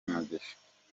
umugisha